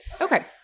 Okay